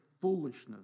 foolishness